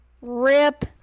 RIP